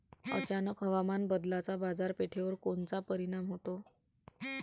अचानक हवामान बदलाचा बाजारपेठेवर कोनचा परिणाम होतो?